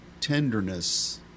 tenderness